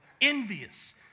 Envious